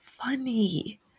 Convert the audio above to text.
funny